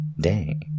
day